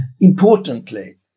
Importantly